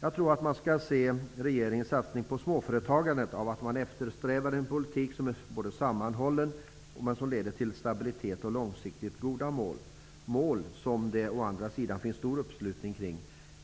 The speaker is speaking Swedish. Jag tror att man skall se regeringens satsning på småföretagandet som att man eftersträvar en politik som är både sammanhållen och leder till stabilitet och långsiktigt goda mål; mål som det finns stor uppslutning kring